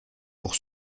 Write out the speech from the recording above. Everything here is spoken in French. pour